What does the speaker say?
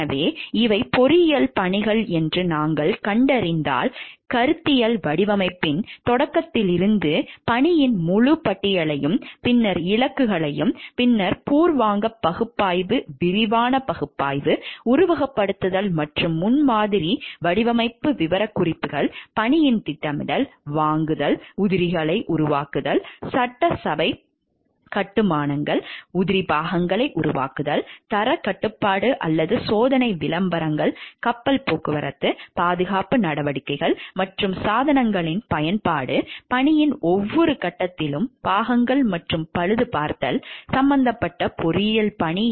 எனவே இவை பொறியியல் பணிகள் என்று நாங்கள் கண்டறிந்தால் கருத்தியல் வடிவமைப்பின் தொடக்கத்திலிருந்து பணியின் முழுப் பட்டியலையும் பின்னர் இலக்குகளையும் பின்னர் பூர்வாங்க பகுப்பாய்வு விரிவான பகுப்பாய்வு உருவகப்படுத்துதல் மற்றும் முன்மாதிரி வடிவமைப்பு விவரக்குறிப்புகள் பணியின் திட்டமிடல் வாங்குதல் உதிரிபாகங்களை உருவாக்குதல் சட்டசபை கட்டுமானங்கள் தரக் கட்டுப்பாடு அல்லது சோதனை விளம்பரம் கப்பல் போக்குவரத்து பாதுகாப்பு நடவடிக்கைகள் மற்றும் சாதனங்களின் பயன்பாடு பணியின் ஒவ்வொரு கட்டத்திலும் பாகங்கள் மற்றும் பழுது பார்த்தல் சம்பந்தப்பட்ட பொறியியல் பணி